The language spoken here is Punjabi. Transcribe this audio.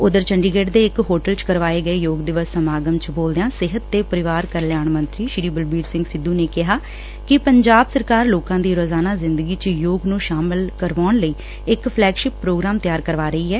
ਉਧਰ ਚੰਡੀਗੜ ਦੇ ਇਕ ਹੋਟਲ ਚ ਕਰਵਾਏ ਗਏ ਯੋਗ ਦਿਵਸ ਸਮਾਗਮ ਚ ਬੋਲਦਿਆ ਸਿਹਤ ਤੇ ਪਰਿਵਾਰ ਕਲਿਆਣ ਮੰਤਰੀ ਬਲਬੀਰ ਸਿੰਘ ਸਿੱਧੁ ਨੇ ਕਿਹਾ ਕਿ ਪੰਜਾਬ ਸਰਕਾਰ ਲੋਕਾ ਦੀ ਰੋਜ਼ਾਨਾ ਜ਼ਿੰਦਗੀ ਚ ਯੋਗ ਨੂੰ ਸ਼ਾਮਲ ਕਰਵਾਉਣ ਲਈ ਇਕ ਫੈਲਗਸ਼ਿਪ ਪ੍ਰੋਗਰਾਮ ਤਿਆਰ ਕਰਵਾ ਰਹੀ ਏ